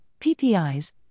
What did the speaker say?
PPIs